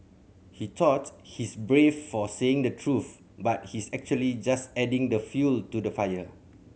he thought he's brave for saying the truth but he's actually just adding the fuel to the fire